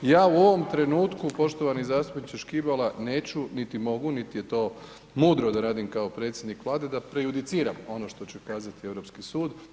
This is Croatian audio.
Ja u ovom trenutku poštovani zastupničke Škibola neću, niti mogu, niti je to mudro da radim kao predsjednik Vlade da prejudiciram ono što će kazati Europski sud.